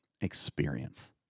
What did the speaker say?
experience